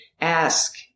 ask